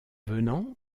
venant